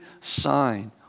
sign